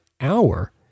hour